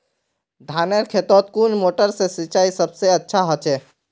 धानेर खेतोत कुन मोटर से सिंचाई सबसे अच्छा होचए?